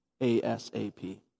ASAP